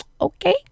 Okay